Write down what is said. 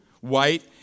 white